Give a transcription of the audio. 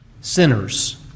sinners